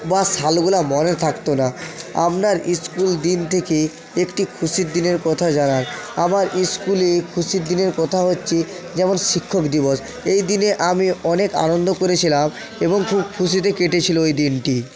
বা সালগুলা মনে থাকতো না আবনার স্কুল দিন থেকে একটি খুশির দিনের কথা জানান আমার স্কুলে খুশির দিনের কথা হচ্ছে যেমন শিক্ষক দিবস এই দিনে আমি অনেক আনন্দ করেছিলাম এবং খুব খুশিতে কেটেছিলো এই দিনটি